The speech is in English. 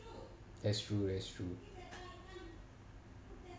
that's true that's true